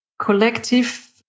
collective